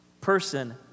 person